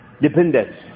dependence